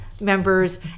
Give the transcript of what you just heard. members